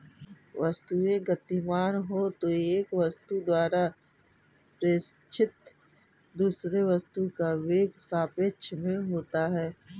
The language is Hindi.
वस्तुएं गतिमान हो तो एक वस्तु द्वारा प्रेक्षित दूसरे वस्तु का वेग सापेक्ष में होता है